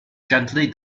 gently